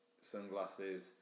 sunglasses